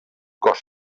cos